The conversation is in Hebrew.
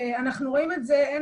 אנחנו רואים את זה הן